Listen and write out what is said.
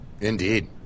Indeed